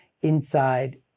inside